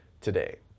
today